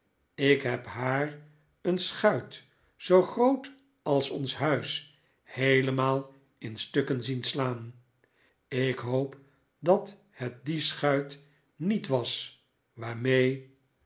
ik heb haar een schuit zoo groot als ons huis heelemaal in stukken zien slaan ik hoop dat het die schuit niet was waarmee